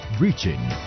reaching